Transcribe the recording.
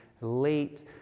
late